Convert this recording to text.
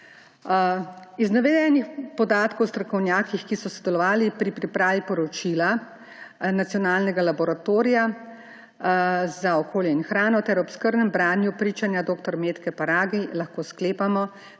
Iz navedenih podatkov strokovnjakov, ki so sodelovali pri pripravi poročila Nacionalnega laboratorija za zdravje, okolje in hrano, ter ob skrbnem branju pričanja dr. Metke Paragi lahko sklepamo,